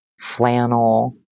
flannel